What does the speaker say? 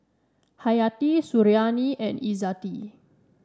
Hayati Suriani and Izzati